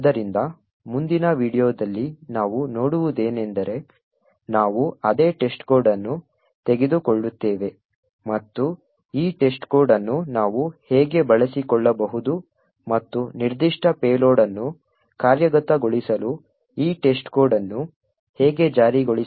ಆದ್ದರಿಂದ ಮುಂದಿನ ವೀಡಿಯೋದಲ್ಲಿ ನಾವು ನೋಡುವುದೇನೆಂದರೆ ನಾವು ಅದೇ testcode ಅನ್ನು ತೆಗೆದುಕೊಳ್ಳುತ್ತೇವೆ ಮತ್ತು ಈ testcode ಅನ್ನು ನಾವು ಹೇಗೆ ಬಳಸಿಕೊಳ್ಳಬಹುದು ಮತ್ತು ನಿರ್ದಿಷ್ಟ ಪೇಲೋಡ್ ಅನ್ನು ಕಾರ್ಯಗತಗೊಳಿಸಲು ಈ testcode ಅನ್ನು ಹೇಗೆ ಜಾರಿಗೊಳಿಸಬಹುದು ಎಂಬುದನ್ನು ನೋಡುತ್ತೇವೆ